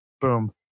Boom